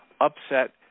upset